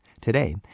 Today